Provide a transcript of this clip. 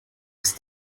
ist